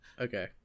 Okay